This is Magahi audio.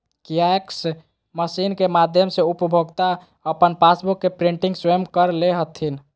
कियाक्स मशीन के माध्यम से उपभोक्ता अपन पासबुक के प्रिंटिंग स्वयं कर ले हथिन